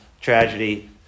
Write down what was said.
tragedy